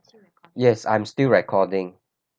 yes I'm still recording